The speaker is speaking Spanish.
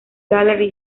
gallery